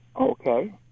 okay